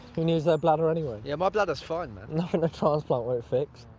who needs their bladder anyway? yeah, my bladder's fine, man. nothing a transplant won't fix.